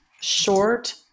short